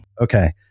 Okay